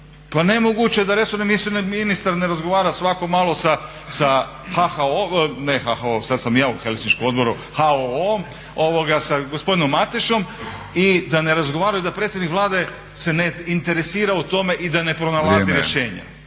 pa nemoguće da resorni ministar ne razgovara svako malo sa HOO-om sa gospodinom Matešom i da ne razgovaraju da predsjednik Vlade se ne interesira o tome i da ne pronalaze rješenja.